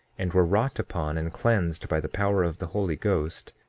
and were wrought upon and cleansed by the power of the holy ghost,